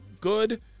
good